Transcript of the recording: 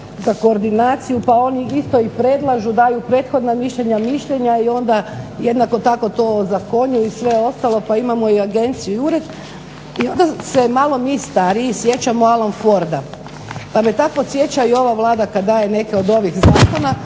za koordinaciju pa oni isto predlažu, daju prethodna mišljenja i mišljenja i onda jednako tako … i sve ostalo, pa imamo agenciju i ured, i onda se mi malo stariji sjećamo Alan Forda pa me tako podsjeća i ova Vlada kada daje neke od ovih zakona,